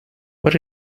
what